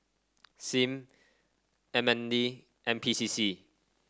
Sim M N D N P C C